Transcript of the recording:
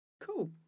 cool